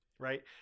right